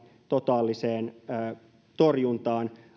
totaaliseen torjuntaan